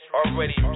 already